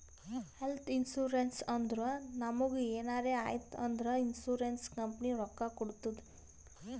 health insurance ಅಂದುರ್ ನಮುಗ್ ಎನಾರೇ ಆಯ್ತ್ ಅಂದುರ್ ಇನ್ಸೂರೆನ್ಸ್ ಕಂಪನಿ ರೊಕ್ಕಾ ಕೊಡ್ತುದ್